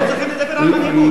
לא צריך לדבר על מנהיגות.